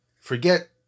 Forget